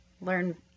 learn